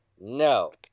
No